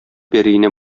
пәриенә